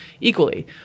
equally